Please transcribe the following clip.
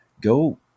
go